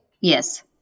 Yes